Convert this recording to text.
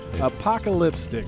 Apocalypse